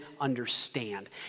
understand